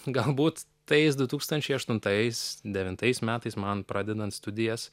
galbūt tais du tūkstančiai aštuntais devintais metais man pradedant studijas